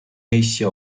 asia